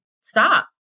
stop